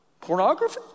Pornography